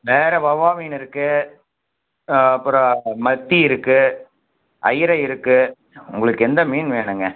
வேறே வவ்வா மீன் இருக்குது அப்பறம் மத்தி இருக்குது அயிர இருக்குது உங்களுக்கு எந்த மீன் வேணுங்க